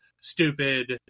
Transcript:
stupid